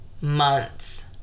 months